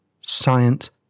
science